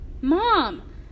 Mom